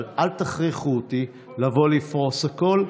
אבל אל תכריחו אותי לפרוס הכול,